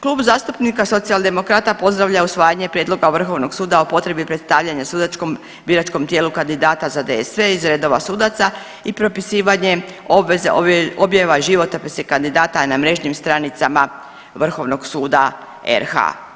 Klub zastupnika Socijaldemokrata pozdravlja usvajanje prijedloga Vrhovnog suda o potrebi predstavljanja sudačkom biračkom tijelu kandidata za DSV iz redova sudaca i propisivanje obveze objava i životopisa kandidata na mrežnim stranicama Vrhovnog suda RH.